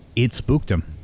it spooked him,